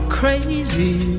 crazy